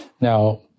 Now